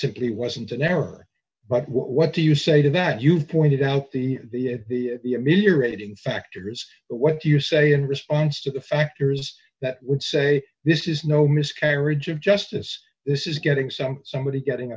simply wasn't an error but what do you say to that you've pointed out the ameliorating factors but what you say in response to the factors that would say this is no miscarriage of justice this is getting some somebody getting